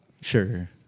Sure